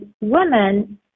women